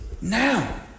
now